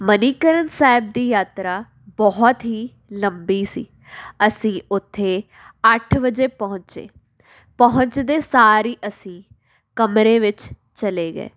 ਮਨੀਕਰਨ ਸਾਹਿਬ ਦੀ ਯਾਤਰਾ ਬਹੁਤ ਹੀ ਲੰਬੀ ਸੀ ਅਸੀਂ ਉੱਥੇ ਅੱਠ ਵਜੇ ਪਹੁੰਚੇ ਪਹੁੰਚਦੇ ਸਾਰ ਹੀ ਅਸੀਂ ਕਮਰੇ ਵਿੱਚ ਚਲੇ ਗਏ